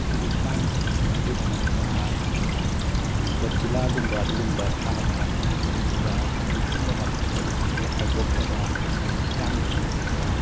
ꯑꯩꯈꯣꯏꯒꯤ ꯀꯥꯡ ꯆꯤꯛꯇꯅꯉꯥꯏꯒꯤꯗꯃꯛꯇ ꯒꯣꯠꯖꯤꯜꯂꯥꯒꯨꯝꯕ ꯑꯗꯨꯒꯨꯝꯕ ꯊꯥꯕ ꯑꯗꯨꯒ ꯑꯩꯈꯣꯏ ꯇꯨꯝꯕ ꯃꯇꯝꯗ ꯐꯤ ꯍꯥꯏꯗꯣꯛꯇꯕ ꯍꯛꯆꯥꯡ ꯐꯤ ꯀꯨꯞꯄ